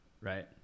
Right